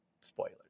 spoilers